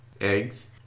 Eggs